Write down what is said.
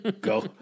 go